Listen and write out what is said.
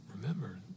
Remember